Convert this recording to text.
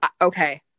Okay